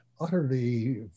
utterly